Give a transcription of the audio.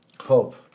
hope